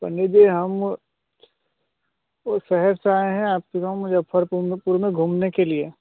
पंडित जी हम वह शहर से आएँ हैं आपके गाँव मुज़फ़्फ़रपुर में में घूमने के लिए